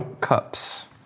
cups